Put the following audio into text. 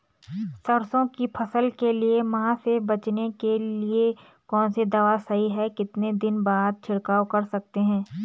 सरसों की फसल के लिए माह से बचने के लिए कौन सी दवा सही है कितने दिन बाद छिड़काव कर सकते हैं?